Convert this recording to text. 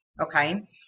okay